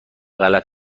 غلط